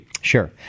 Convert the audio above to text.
Sure